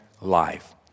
life